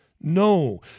No